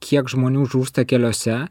kiek žmonių žūsta keliuose